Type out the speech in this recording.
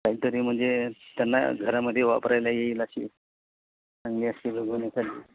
कायतरी म्हणजे त्यांना घरामध्ये वापरायला येईल अशी चांगली अशी बघून एखादी